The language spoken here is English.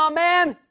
um man!